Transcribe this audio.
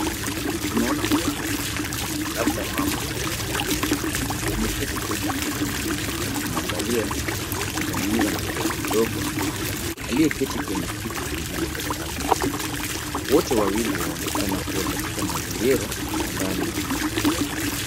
Tunaona mwanamke labda mama au mlezi, ameketi kwenye kiti akimwangalia na kuzungumza na mtoto mdogo aliyeketi kwenye kiti kingine mbele yake. Wote wawili wanaonekana kuwa katika mazingira ya ndani ya nyumba.